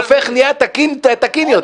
הוא הופך תקין יותר,